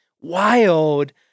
wild